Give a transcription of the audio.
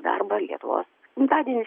darbą lietuvos gimtadieniui